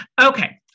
Okay